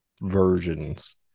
versions